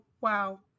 Wow